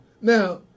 Now